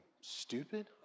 stupid